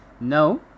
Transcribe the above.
no